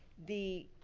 the,